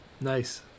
Nice